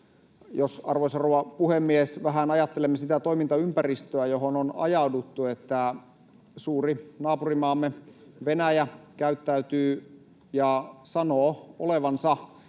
rouva puhemies, vähän ajattelemme sitä toimintaympäristöä, johon on ajauduttu, että suuri naapurimaamme Venäjä käyttäytyy ja sanoo olevansa